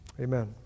amen